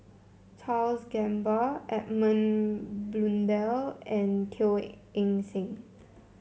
Charles Gamba Edmund Blundell and Teo Eng Seng